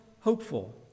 hopeful